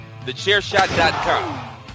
TheChairShot.com